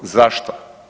Zašto?